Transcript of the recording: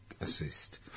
assist